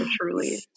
truly